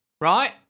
Right